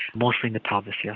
mostly in the pelvis, yes.